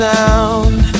Sound